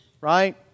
Right